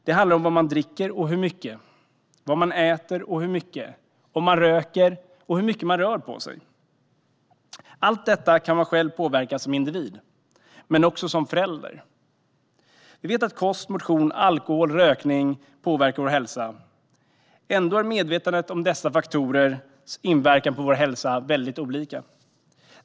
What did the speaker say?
Det handlar om vad man dricker och hur mycket; det handlar om vad man äter och hur mycket; det handlar om huruvida man röker och hur mycket man rör på sig. Allt detta kan man själv påverka som individ, men också som förälder. Vi vet att kost, motion, alkohol och rökning påverkar vår hälsa. Ändå är medvetandet om dessa faktorers inverkan på vår hälsa så olika.